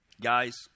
Guys